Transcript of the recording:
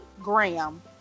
Graham